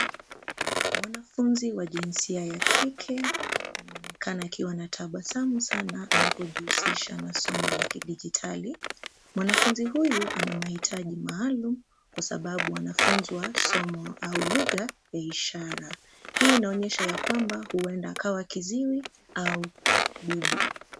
Mwanafunzi wa jinsia ya kike anaonekana akiwa anatabasamu sana anapojihusisha na somo la kidijitali. Mwanafunzi huyu ana mahitaji maalum, kwa sababu anafunzwa somo au lugha ya ishara. Hii inaonyesha ya kwamba huenda akawa kiziwi au bubu.